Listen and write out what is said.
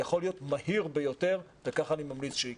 יכול להיות מהיר ביותר וככה אני ממליץ שיקרה.